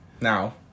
now